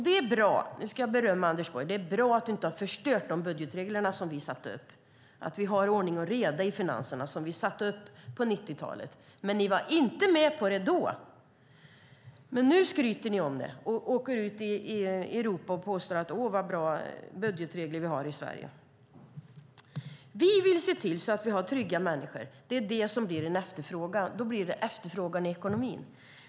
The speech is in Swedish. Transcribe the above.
Det är bra att Anders Borg inte har förstört de budgetregler för ordning och reda i statsfinanserna som vi satte upp på 90-talet. Ni var inte med på det då, men nu skryter ni ute i Europa om hur bra budgetregler vi har i Sverige. Vi vill ha trygga människor. Då blir det efterfrågan i ekonomin.